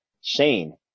shane